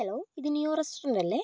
hello ഇത് new restaurant അല്ലേ